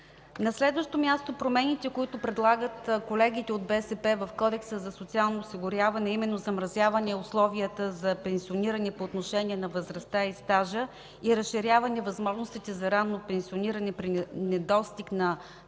На следващо място, промените, които предлагат колегите от БСП в Кодекса за социално осигуряване, а именно замразяване на условията за пенсиониране по отношение на възрастта и стажа и разширяване възможностите за ранно пенсиониране при недостиг на